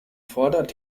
fordert